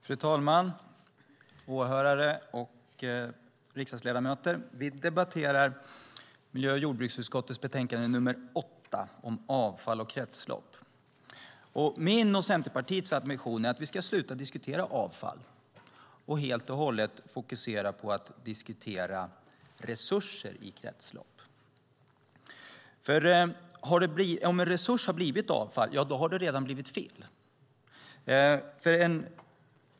Fru talman, åhörare och riksdagsledamöter! Vi debatterar miljö och jordbruksutskottets betänkande nr 8 om avfall och kretslopp. Min och Centerpartiets ambition är att vi ska sluta diskutera avfall och helt och hållet fokusera på att diskutera resurser i kretslopp, för om en resurs har blivit avfall har det redan blivit fel.